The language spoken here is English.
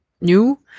new